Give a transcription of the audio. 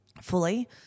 fully